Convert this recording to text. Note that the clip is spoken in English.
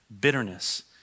bitterness